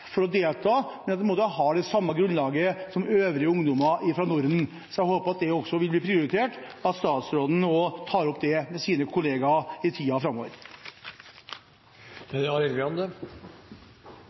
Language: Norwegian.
for å delta, men at de har det samme utgangspunktet som øvrig ungdom fra Norden. Jeg håper at det blir prioritert, og at statsråden tar det opp med sine kolleger i tiden framover.